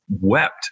wept